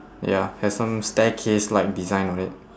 ya has some staircase like design on it